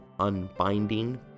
unbinding